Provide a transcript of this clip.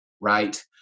right